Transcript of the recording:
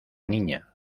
niña